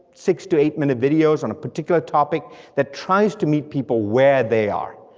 six to eight minute videos on a particular topic that tries to meet people where they are.